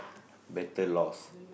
better laws